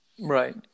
Right